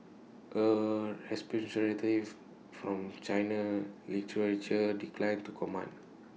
A from China literature declined to comment